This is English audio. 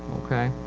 okay.